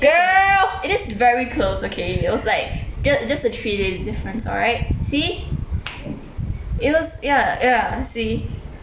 it is very close okay it was like just a three day difference alright see it was yeah yeah see